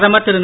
பிரதமர்திரு